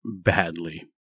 badly